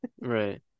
Right